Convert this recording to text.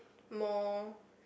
more